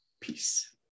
peace